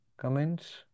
comments